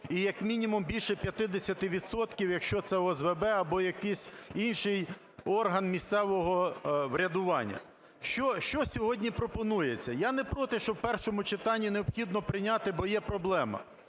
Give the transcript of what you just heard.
і як мінімум більше 50 відсотків, якщо це ОСББ або якийсь інший орган місцевого врядування. Що сьогодні пропонується? Я не проти, що в першому читанні необхідно прийняти, бо є проблема.